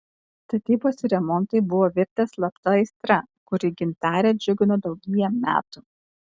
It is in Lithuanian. statybos ir remontai buvo virtę slapta aistra kuri gintarę džiugino daugybę metų